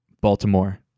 Baltimore